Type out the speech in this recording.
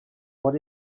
what